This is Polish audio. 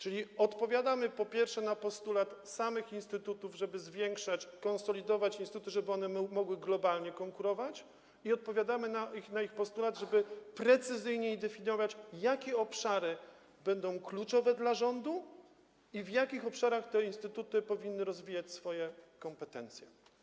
Tak więc odpowiadamy, po pierwsze, na postulat samych instytutów, żeby zwiększać, konsolidować instytuty, tak aby mogły one globalnie konkurować, i po drugie, odpowiadamy na ich postulat, żeby precyzyjnie definiować, jakie obszary będą kluczowe dla rządu i w jakich obszarach te instytuty powinny rozwijać swoje kompetencje.